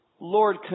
Lord